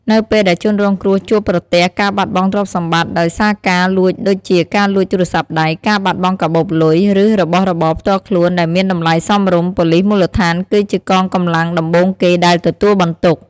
នៅពេលដែលជនរងគ្រោះជួបប្រទះការបាត់បង់ទ្រព្យសម្បត្តិដោយសារការលួចដូចជា ការលួចទូរស័ព្ទដៃ ការបាត់បង់កាបូបលុយ ឬរបស់របរផ្ទាល់ខ្លួនដែលមានតម្លៃសមរម្យ ប៉ូលិសមូលដ្ឋានគឺជាកងកម្លាំងដំបូងគេដែលទទួលបន្ទុក។